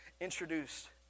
introduced